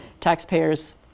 Taxpayers